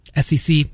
SEC